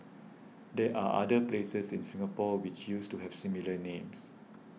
there are other places in Singapore which used to have similar names